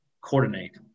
coordinate